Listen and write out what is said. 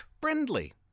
friendly